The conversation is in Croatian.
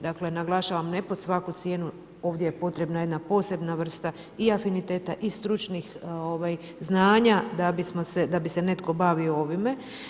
Dakle, naglašavam ne pod svaku cijenu, ovdje je potrebna jedna posebna vrsta i afiniteta i stručnih znanja da bi se netko bavio ovime.